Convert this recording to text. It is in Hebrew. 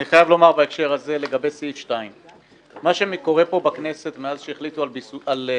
אני חייב לומר בהקשר הזה לגבי סעיף 2. מה שאני קורא פה מאז שהחליטו על פיזורה,